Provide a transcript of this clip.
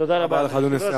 תודה רבה, אדוני היושב-ראש.